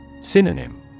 Synonym